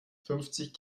fünfzig